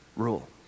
rule